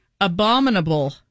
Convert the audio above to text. Abominable